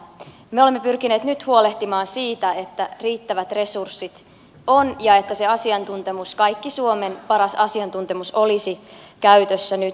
me olemme pyrkineet nyt huolehtimaan siitä että riittävät resurssit ja kaikki suomen paras asiantuntemus olisivat käytössä nyt